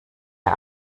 der